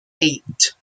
eight